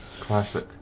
classic